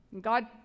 God